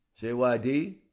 JYD